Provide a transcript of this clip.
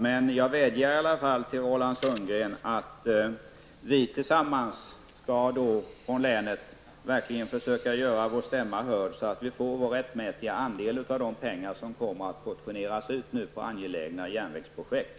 Men jag vädjar ändå till honom att vi från länet tillsammans verkligen skall försöka göra vår stämma hörd, så att vi får vår rättmätiga andel av de pengar som nu kommer att portioneras ut på angelägna järnvägsprojekt.